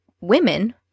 women